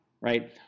right